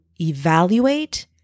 evaluate